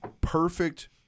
perfect